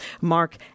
Mark